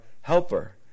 helper